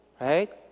right